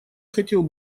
хотел